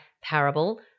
parable